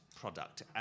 product